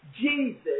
Jesus